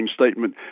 statement